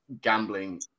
gambling